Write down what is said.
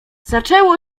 zaczęło